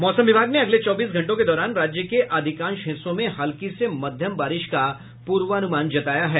मौसम विभाग ने अगले चौबीस घंटों के दौरान राज्य के अधिकांश हिस्सों में हल्की से मध्यम बारिश का पूर्वानुमान जताया है